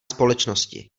společnosti